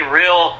real